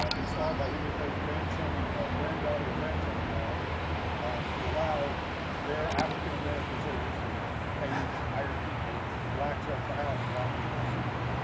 um installed by henry clay's grandson ah or granddaughter and grandson-in-law to allow their african american servants, who were paid, hired people, to access the house without being seen.